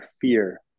fear